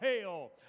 hell